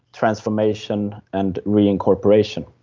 transformation and reincorporation.